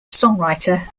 songwriter